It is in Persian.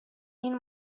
این